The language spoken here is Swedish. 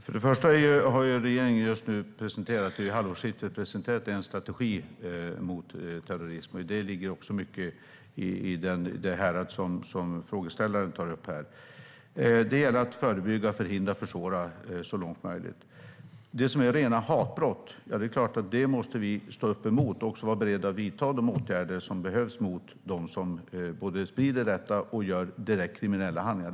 Herr talman! Först och främst har regeringen i halvårsskiftet presenterat en strategi mot terrorism. Där ligger också mycket i det härad som frågeställaren tar upp. Det gäller att förebygga, förhindra och försvåra så långt som möjligt. Det är klart att vi måste stå upp mot det som är rena hatbrott. Vi måste också vara beredda att vidta de åtgärder som behövs mot dem som sprider detta och gör direkt kriminella handlingar.